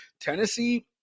Tennessee